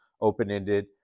open-ended